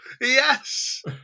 Yes